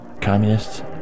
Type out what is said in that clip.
communists